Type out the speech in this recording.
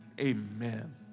Amen